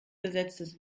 besetztes